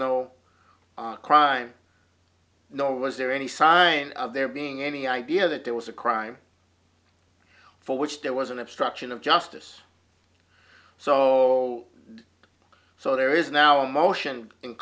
no crime nor was there any sign of there being any idea that there was a crime for which there was an obstruction of justice so so there is now a motion in